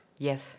Yes